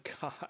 God